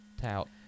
tout